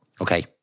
Okay